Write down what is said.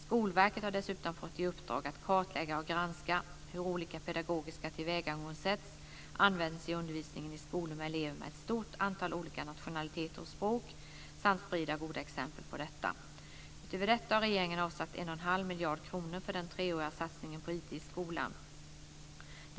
Skolverket har dessutom fått i uppdrag att kartlägga och granska hur olika pedagogiska tillvägagångssätt används i undervisningen i skolor med elever med ett stort antal olika nationaliteter och språk samt sprida goda exempel på detta. Utöver detta har regeringen avsatt 1 1⁄2 miljard kronor för den treåriga satsningen på IT i skolan.